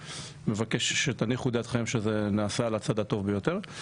מבקש להניח את דעתכם שזה נעשה על הצד הטוב ביותר.